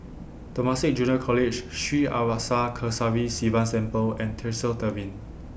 Temasek Junior College Sri Arasakesari Sivan Temple and Tresor Tavern